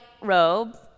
robe